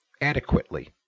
adequately